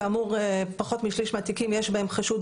כאמור פחות משליש מהתיקים יש בהם חשוד,